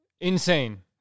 insane